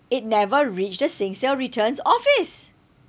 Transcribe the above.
it never reached the SingSale returns office